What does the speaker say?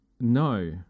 no